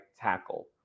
tackle